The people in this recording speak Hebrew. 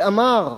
שאמר: